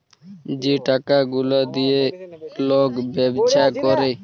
যে টাকা গুলা দিঁয়ে লক ব্যবছা ক্যরে